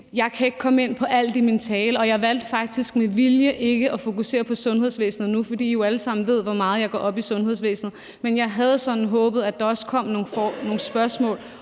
jeg kan ikke komme ind på alt i min tale, og jeg valgte faktisk med vilje ikke at fokusere på sundhedsvæsenet nu, fordi I jo alle sammen ved, hvor meget jeg går op i sundhedsvæsenet. Men jeg havde sådan håbet, at der også kom nogle spørgsmål